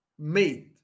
made